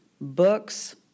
books